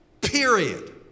period